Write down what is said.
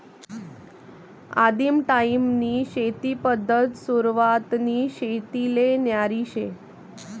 आदिम टायीमनी शेती पद्धत सुरवातनी शेतीले न्यारी शे